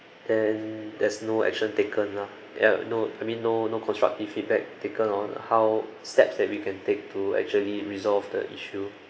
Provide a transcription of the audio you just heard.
and there's no action taken lah ya no I mean no no constructive feedback taken on how steps that we can take to actually resolve the issue